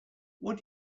what